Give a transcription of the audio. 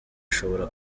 ashobora